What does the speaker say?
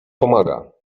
pomaga